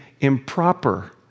improper